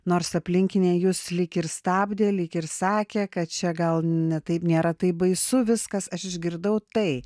nors aplinkiniai jus lyg ir stabdė lyg ir sakė kad čia gal ne taip nėra taip baisu viskas aš išgirdau tai